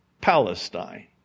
Palestine